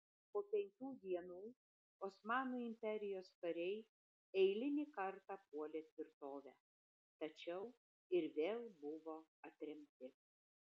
po penkių dienų osmanų imperijos kariai eilinį kartą puolė tvirtovę tačiau ir vėl buvo atremti